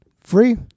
Free